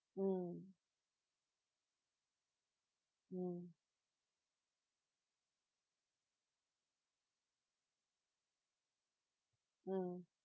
mm mm mm